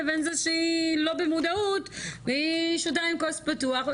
לבין זה שהיא לא במודעות והיא שותה עם כוס פתוחה,